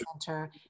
Center